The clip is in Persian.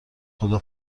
خدا